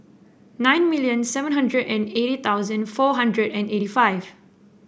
nine million seven hundred and eighty thousand four hundred and eighty five